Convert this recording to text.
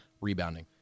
rebounding